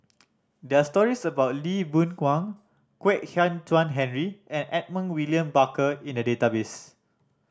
there are stories about Lee Boon Wang Kwek Hian Chuan Henry and Edmund William Barker in the database